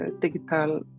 digital